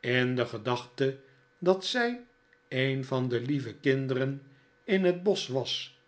in de gedachte dat zij een van de lieve kinderen in het bosch was